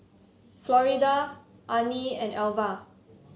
Florida Arnie and Alvah